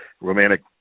romantic